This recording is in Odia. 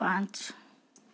ପାଞ୍ଚ